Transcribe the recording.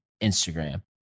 Instagram